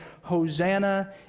Hosanna